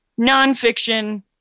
nonfiction